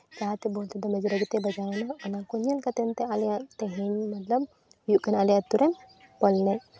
ᱞᱟᱦᱟᱛᱮ ᱵᱚᱞᱛᱮ ᱨᱟᱜᱤᱛᱮ ᱵᱟᱡᱟᱣ ᱮᱱᱟ ᱚᱱᱟ ᱠᱚ ᱧᱮᱞ ᱠᱟᱛᱮᱫ ᱛᱮ ᱟᱞᱮᱭᱟᱜ ᱛᱮᱦᱤᱧ ᱢᱚᱛᱞᱚᱵ ᱦᱩᱭᱩᱜ ᱠᱟᱱᱟ ᱟᱞᱮ ᱟᱛᱳᱨᱮ ᱵᱚᱞ ᱮᱱᱮᱡ